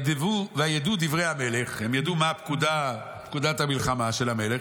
וידעו דברי המלך" הם ידעו מה פקודת המלחמה של המלך,